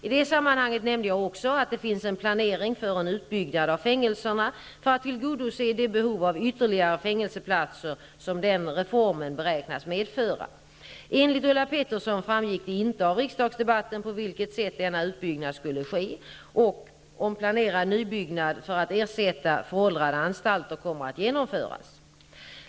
I det sammanhanget nämnde jag också att det finns en planering för en utbyggnad av fängelserna för att tillgodose det behov av ytterligare fängelseplatser som den reformen beräknas medföra. Enligt Ulla Pettersson framgick det inte av riksdagsdebatten på vilket sätt denna utbyggnad skulle ske och om planerad nybyggnad för att ersätta föråldrade anstalter kommer att genomföras.